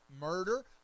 murder